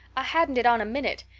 i hadn't it on a minute.